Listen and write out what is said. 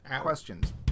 questions